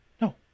no